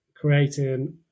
creating